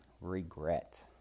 regret